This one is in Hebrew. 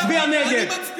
אני מצביע נגד הממשלה.